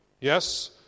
Yes